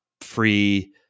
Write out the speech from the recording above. free